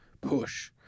push